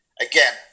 Again